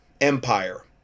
empire